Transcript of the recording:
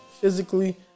physically